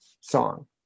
song